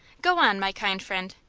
go on, my kind friend.